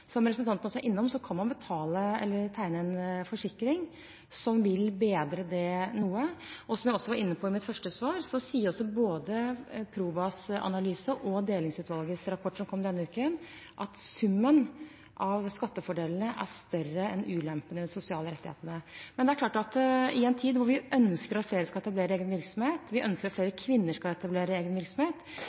Som representanten også er inne på, kan man tegne en forsikring som vil bedre det noe. Som jeg også var inne på i mitt første svar, sier både Probas analyse og Delingsøkonomiutvalgets rapport, som kom denne uken, at summen av skattefordelene er større enn ulempene ved de sosiale rettighetene. Men det er klart at i en tid da vi ønsker at flere skal etablere egen virksomhet, og vi ønsker at flere kvinner skal etablere egen virksomhet,